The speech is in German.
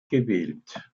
gewählt